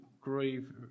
grieve